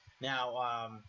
Now